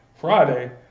Friday